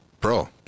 Bro